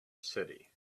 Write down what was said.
city